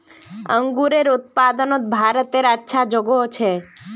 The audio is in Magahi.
अन्गूरेर उत्पादनोत भारतेर अच्छा जोगोह छे